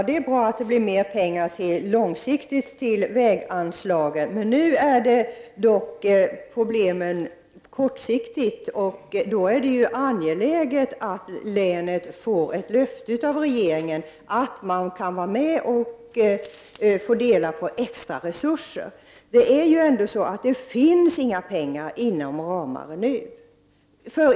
Fru talman! Det är bra med mer pengar långsiktigt till väganslagen. Nu är problemet dock kortsiktigt, och då är det angeläget att länet får ett löfte av regeringen att man kan få del av extra resurser. Det finns inga pengar inom ramen nu.